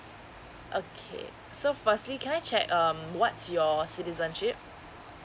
okay so firstly can I check um what's your citizenship